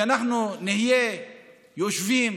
שאנחנו נהיה יושבים